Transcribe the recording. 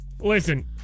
Listen